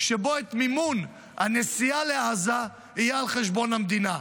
שבו מימון הנסיעה לעזה יהיה על חשבון המדינה.